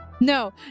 No